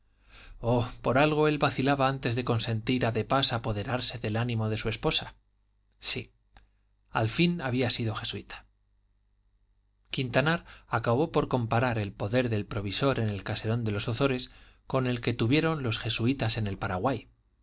oh por algo él vacilaba antes de consentir a de pas apoderarse del ánimo de su esposa sí al fin había sido jesuita quintanar acabó por comparar el poder del provisor en el caserón de los ozores con el que tuvieron los jesuitas en el paraguay